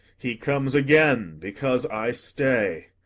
he comes again, because i stay!